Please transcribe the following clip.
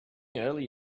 early